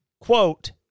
quote